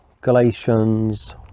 galatians